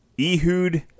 Ehud